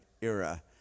era